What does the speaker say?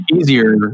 easier